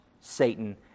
Satan